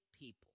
people